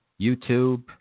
YouTube